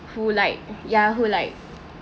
who like yeah who like